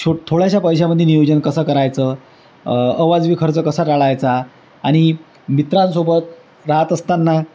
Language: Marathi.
छो थोड्याशा पैशामध्ये नियोजन कसं करायचं अवाजवी खर्च कसा टाळायचा आणि मित्रांसोबत राहात असताना